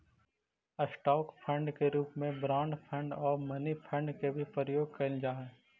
stock fund के रूप में बॉन्ड फंड आउ मनी फंड के भी प्रयोग कैल जा हई